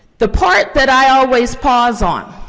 the part that i always pause on,